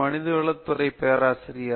மனிதவள துறை பேராசிரியர்